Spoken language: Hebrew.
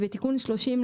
בתיקון 30,